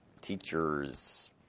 teachers